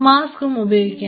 മാസ്കും ഉപയോഗിക്കാം